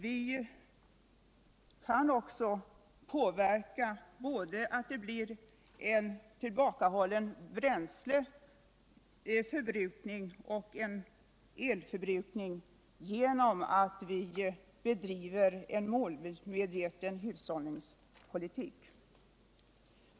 Vi kan också verka för att både bränsleförbrukning och elförbrukning hålls tillbaka genom att vi bedriver en mälmedveten hushållningspolitik.